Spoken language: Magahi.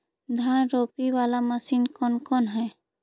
धान रोपी बाला मशिन कौन कौन है?